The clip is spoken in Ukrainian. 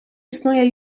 існує